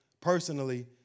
personally